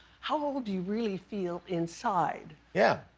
how old do you really feel inside? yeah.